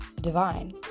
divine